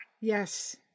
Yes